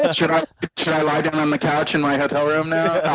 and should i lie down on the couch in my hotel room now?